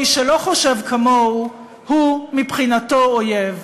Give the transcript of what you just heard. מי שלא חושב כמוהו הוא מבחינתו אויב.